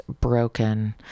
broken